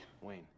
wayne